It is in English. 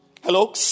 Hello